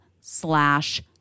slash